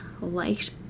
liked